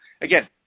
again